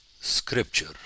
scripture